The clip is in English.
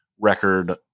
record